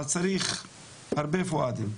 אבל צריך הרבה פואדים.